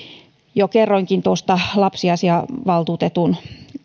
jo kerroinkin tuosta lapsiasiavaltuutetun